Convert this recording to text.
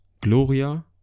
Gloria